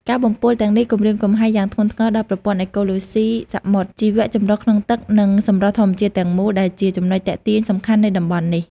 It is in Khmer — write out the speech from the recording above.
ការបំពុលទាំងនេះគំរាមកំហែងយ៉ាងធ្ងន់ធ្ងរដល់ ប្រព័ន្ធអេកូឡូស៊ីសមុទ្រ ជីវចម្រុះក្នុងទឹក និង សម្រស់ធម្មជាតិ ទាំងមូល ដែលជាចំណុចទាក់ទាញសំខាន់នៃតំបន់នេះ។